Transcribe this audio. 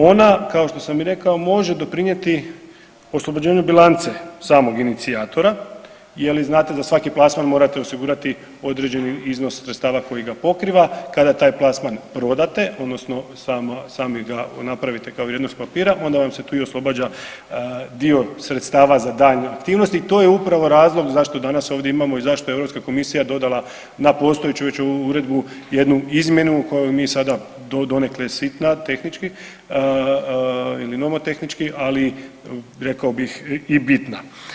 Ona kao što sam i rekao može doprinijeti oslobođenju bilance samog inicijatora je li znate za svaki plasman morate osigurati određeni iznos sredstava koji ga pokriva, kada taj plasman prodate odnosno sami ga napravite kao vrijednost papira onda vam se tu i oslobađa dio sredstava za daljnje aktivnosti i to je upravo razlog zašto je danas ovdje imamo i zašto je Europska komisija dodala na postojeću već uredbu jednu izmjenu koju mi sada, donekle je sitna tehnički ili nomotehnički, ali rekao bih i bitna.